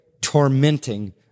tormenting